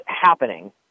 happening